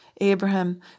Abraham